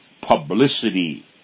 publicity